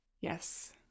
yes